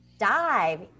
dive